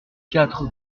quatre